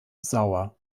sauer